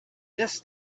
this